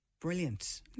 Brilliant